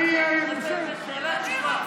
נעשה את זה שאלה-תשובה.